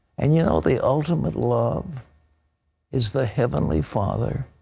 and you know, the ultimate love is the heavenly father,